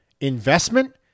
investment